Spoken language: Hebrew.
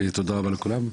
תודה רבה לכולם.